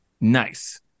Nice